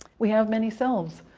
we have many selves.